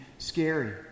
scary